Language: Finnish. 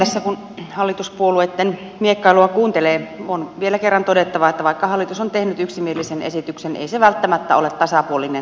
tässä kun hallituspuolueitten miekkailua kuuntelee on vielä kerran todettava että vaikka hallitus on tehnyt yksimielisen esityksen ei se välttämättä ole tasapuolinen kaikille